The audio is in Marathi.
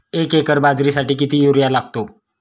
एक एकर बाजरीसाठी किती युरिया लागतो?